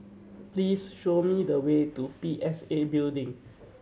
please show me the way to P S A Building